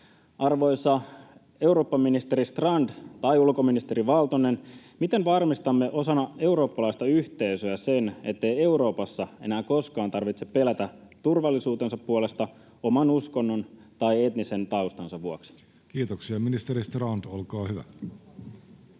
Arvoisa eurooppaministeri Strand tai ulkoministeri Valtonen, miten varmistamme osana eurooppalaista yhteisöä sen, ettei Euroopassa enää koskaan tarvitse pelätä turvallisuutensa puolesta oman uskonnon tai etnisen taustansa vuoksi? Kiitoksia. — Ministeri Strand, olkaa hyvä.